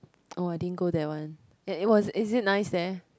oh I didn't go that one is it nice there